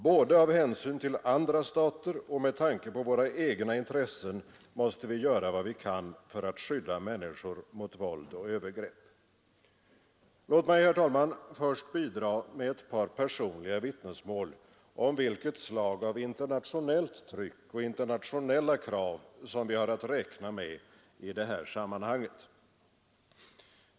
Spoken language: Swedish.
Både av hänsyn till andra stater och med tanke på våra egna intressen måste vi göra vad vi kan för att skydda människor mot våld och övergrepp. Låt mig, herr talman, först bidra med ett par personliga vittnesmål om vilket slag av internationellt tryck och internationella krav som vi har att räkna med i det här sammanhanget.